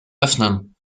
öffnen